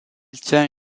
tient